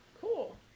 cool